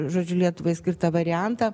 žodžiu lietuvai skirtą variantą